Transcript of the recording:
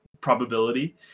probability